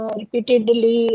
repeatedly